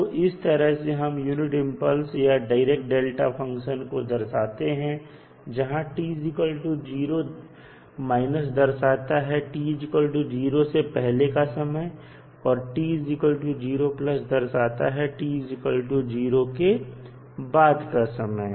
तो इस तरह से हम यूनिट इंपल्स या डीरेक डेल्टा फंक्शन को दर्शाते हैं जहां t दर्शाता है t0 से पहले का समय और t दर्शाता है t0 से बाद का समय